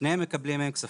שניהם מקבלים ממנו כספים.